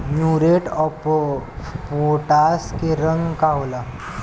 Muriate of potash के रंग का होला?